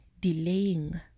delaying